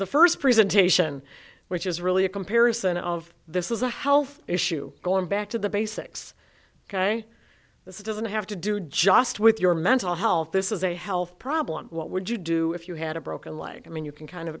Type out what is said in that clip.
the first presentation which is really a comparison of this is a health issue going back to the basics ok this doesn't have to do just with your mental health this is a health problem what would you do if you had a broken leg i mean you can kind of